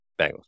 Bengals